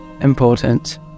important